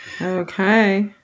Okay